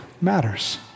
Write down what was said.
matters